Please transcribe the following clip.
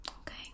Okay